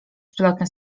przelotne